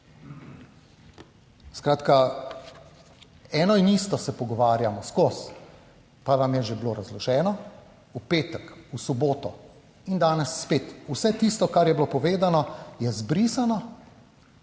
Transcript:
eno in isto se pogovarjamo skozi, pa vam je že bilo razloženo, v petek, v soboto in danes spet vse tisto, kar je bilo povedano, je izbrisano